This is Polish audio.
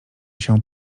się